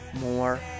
more